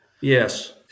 Yes